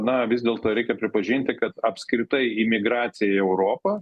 na vis dėlto reikia pripažinti kad apskritai imigracija į europą